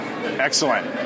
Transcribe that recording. Excellent